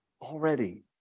already